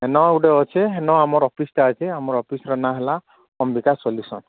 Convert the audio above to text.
ହଁ ଗୋଟେ ଅଛି ହଁ ଆମର ଅଫିସଟା ଅଛି ଆମର ଅଫିସର ନାଁ ହେଲା ଅମ୍ବିକା ସଲୁସନ